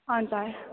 हजुर